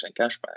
cashback